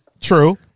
true